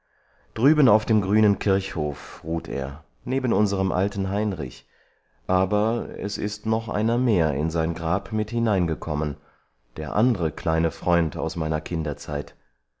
drüben auf dem grünen kirchhof ruht er neben unserem alten heinrich aber es ist noch einer mehr in sein grab mit hineingekommen der andre kleine freund aus meiner kinderzeit